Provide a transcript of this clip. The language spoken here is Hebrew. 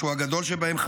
שהוא הגדול שבהם,